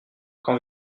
quand